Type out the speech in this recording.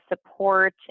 support